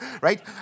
right